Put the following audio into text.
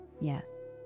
yes